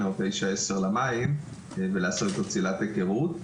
או תשע למים ולעשות לו צלילת היכרות.